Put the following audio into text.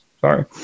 Sorry